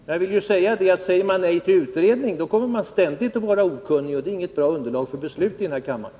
Men säger man nej till en utredning, då kommer man ständigt att vara okunnig, och då får man inget bra underlag för beslut här i kammaren.